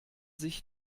sich